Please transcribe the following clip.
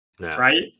right